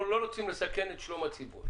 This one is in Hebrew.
אנחנו לא רוצים לסכן את שלום הציבור.